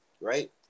right